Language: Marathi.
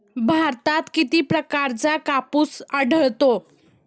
भारतात किती प्रकारचा कापूस आढळतो?